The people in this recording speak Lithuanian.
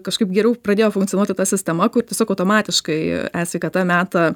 kažkaip geriau pradėjo funkcionuoti ta sistema kur tiesiog automatiškai e sveikata meta